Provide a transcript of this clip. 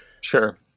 Sure